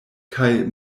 kaj